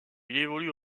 évolue